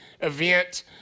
event